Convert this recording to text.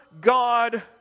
God